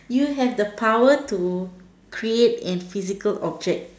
you have the power to create an physical object